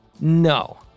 no